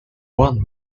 one